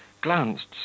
glanced